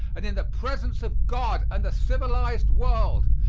and in the presence of god and the civilized world,